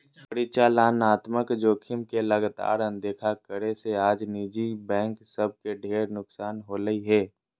परिचालनात्मक जोखिम के लगातार अनदेखा करे से आज निजी बैंक सब के ढेर नुकसान होलय हें